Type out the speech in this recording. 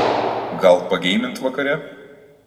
gal pageimint vakare